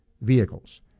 vehicles